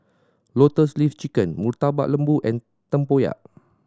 Lotus Leaf Chicken Murtabak Lembu and tempoyak